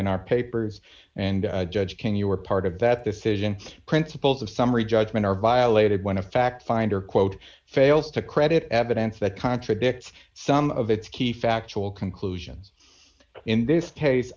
in our papers and judge can you were part of that this is in principles of summary judgment are violated when a fact finder quote fails to credit evidence that contradicts some of its key factual conclusions in this case